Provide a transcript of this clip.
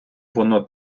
воно